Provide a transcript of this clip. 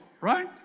right